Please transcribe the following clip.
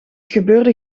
gebeurde